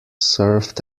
served